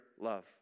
love